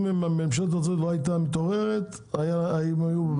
אם ממשלת ארצות הברית לא הייתה מתעוררת הם היו בבעיה.